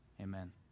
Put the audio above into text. Amen